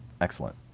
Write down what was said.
excellent